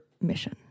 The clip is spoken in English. mission